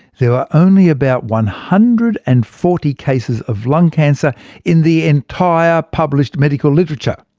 there were only about one hundred and forty cases of lung cancer in the entire published medical literature.